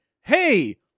hey